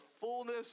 fullness